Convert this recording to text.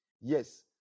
Yes